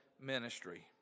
ministry